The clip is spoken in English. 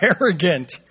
arrogant